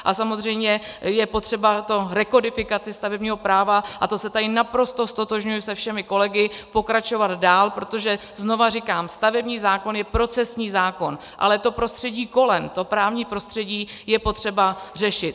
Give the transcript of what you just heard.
A samozřejmě je potřeba v rekodifikaci stavebního práva a tady se naprosto ztotožňuji se všemi kolegy pokračovat dál, protože znova říkám, stavební zákon je procesní zákon, ale to prostředí kolem, to právní prostředí je potřeba řešit.